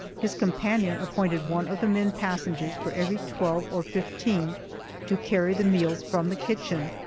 his companion appointed one of the men passengers for every twelve or fifteen to carry the meals from the kitchen,